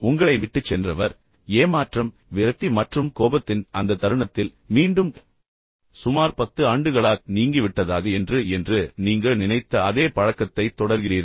உங்களை விட்டுச் சென்றவர் ஏமாற்றம் விரக்தி மற்றும் கோபத்தின் அந்த தருணத்தில் மீண்டும் சுமார் 10 ஆண்டுகளாக நீங்கிவிட்டதாக என்று என்று நீங்கள் நினைத்த அதே பழக்கத்தை தொடர்கிறீர்கள்